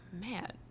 man